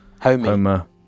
Homer